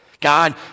God